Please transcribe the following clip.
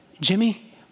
Jimmy